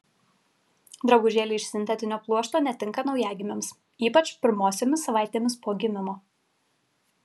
drabužėliai iš sintetinio pluošto netinka naujagimiams ypač pirmosiomis savaitėmis po gimimo